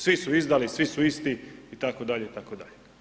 Svi su izdali, svi su isti, itd., itd.